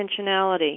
intentionality